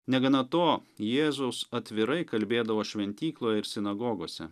negana to jėzus atvirai kalbėdavo šventykloje ir sinagogose